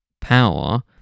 power